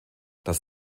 das